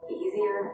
easier